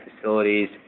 facilities